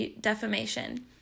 defamation